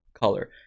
color